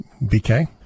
BK